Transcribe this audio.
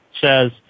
says